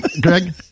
Greg